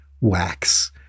wax